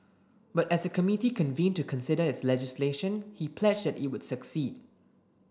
but as the committee convened to consider its legislation he pledged that it would succeed